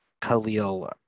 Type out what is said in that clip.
Khalil